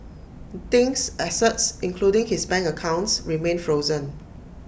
Ding's assets including his bank accounts remain frozen